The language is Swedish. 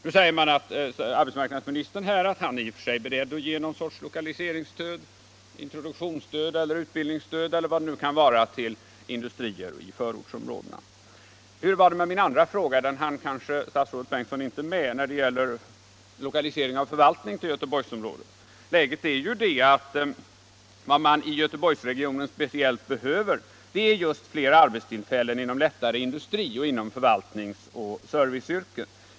Nu säger arbetsmarknadsministern att han i och för sig är beredd att ge någon sorts lokaliseringsstöd — introduktionsstöd, utbildningsstöd eller var det kan vara — till industrier i förortsområdena. Hur var det med min andra fråga — den hann statsrådet Bengtsson kanske inte med? Den gällde lokalisering av förvaltning till Göteborgsområdet. Läget är ju det att vad man i Göteborgsregionen speciellt behöver är flera arbetstillfällen inom lättare industri och inom förvaltningsoch serviceyrken.